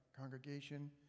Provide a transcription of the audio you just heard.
congregation